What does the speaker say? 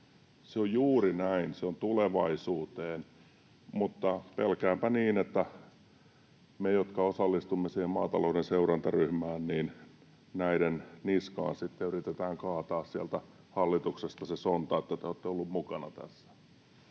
se on juuri näin. Se on tulevaisuuteen. Mutta pelkäänpä, että meidän, jotka osallistumme siihen maatalouden seurantaryhmään, niskaan sitten yritetään kaataa sieltä hallituksesta se sonta, että te olette olleet mukana tässä.